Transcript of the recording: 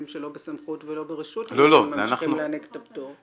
שלא בסמכות ולא ברשות כדי להעניק את הפטור.